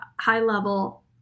high-level